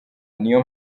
niyo